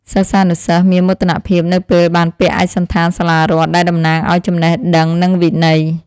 សិស្សានុសិស្សមានមោទនភាពនៅពេលបានពាក់ឯកសណ្ឋានសាលារដ្ឋដែលតំណាងឱ្យចំណេះដឹងនិងវិន័យ។